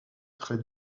très